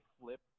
flip